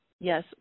Yes